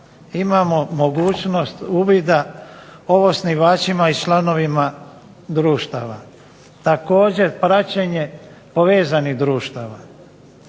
imamo mogućnost uvida o osnivačima i članovima društava, također praćenje povezanih društava,